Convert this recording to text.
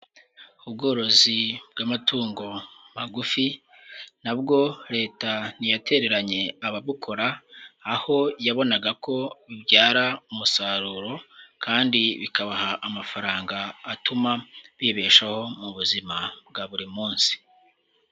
Ubworozi bw'amatungo magufi, na bwo Leta ntiyatereranye ababukora, aho yabonaga ko bibyara umusaruro kandi bikabaha amafaranga atuma bibeshaho mu buzima bwa buri munsi.